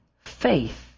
faith